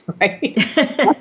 right